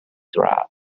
thrive